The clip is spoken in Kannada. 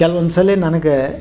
ಕೆಲ್ವೊಂದು ಸಲ ನನಗೆ